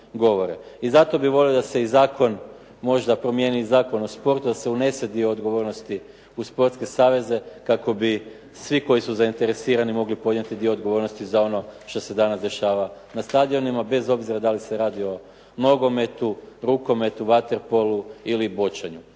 I zato bih volio da se i zakon možda promijeni, Zakon o sportu, da se unese dio odgovornosti u sportske saveze kako bi svi koji su zainteresirani mogli podnijeti dio odgovornosti za ono što se danas dešava na stadionima. Bez obzira da li se radi o nogometu, rukometu, vaterpolu ili boćanju.